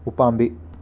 ꯎꯄꯥꯝꯕꯤ